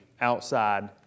outside